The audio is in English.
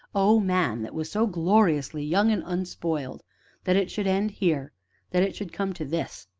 oh, man that was so gloriously young and unspoiled that it should end here that it should come to this.